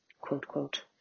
quote-quote